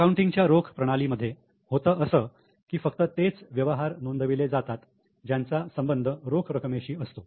accounting च्या रोख प्रणाली मध्ये होतं असं की फक्त तेच व्यवहार नोंदवले जातात ज्यांचा संबंध रोख रकमेची असतो